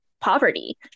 poverty